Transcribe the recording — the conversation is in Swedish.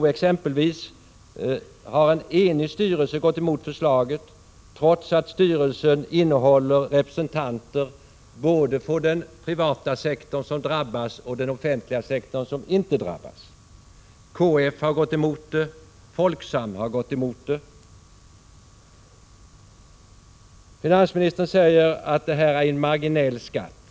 I exempelvis TCO har en enig styrelse gått emot förslaget, trots att styrelsen inrymmer representanter både från den privata sektorn, som drabbas, och från den offentliga sektorn, som inte drabbas. KF och Folksam har också gått emot förslaget. Finansministern säger att det är en marginell skatt.